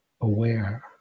aware